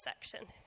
section